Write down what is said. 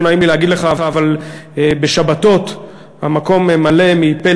לא נעים לי להגיד לך אבל בשבתות המקום מלא מפה